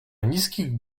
niskich